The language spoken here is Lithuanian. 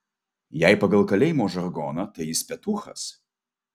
jei pagal kalėjimo žargoną tai jis petūchas